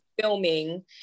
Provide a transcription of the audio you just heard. filming